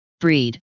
Breed